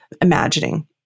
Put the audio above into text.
imagining